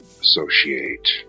associate